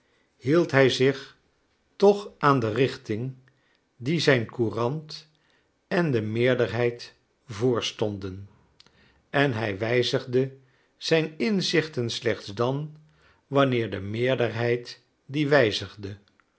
hield hij zich toch aan de richting die zijn courant en de meerderheid voorstonden en hij wijzigde zijn inzichten slechts dan wanneer de meerderheid die wijzigde